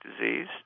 disease